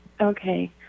Okay